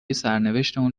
سرنوشتمون